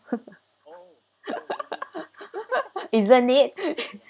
isn't it